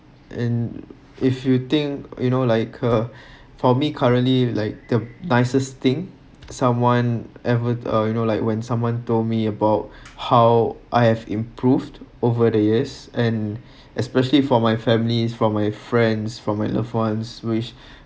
and if you think you know like uh for me currently like the nicest thing someone ever uh you know like when someone told me about how I have improved over the years and especially from my family from my friends from my loved ones which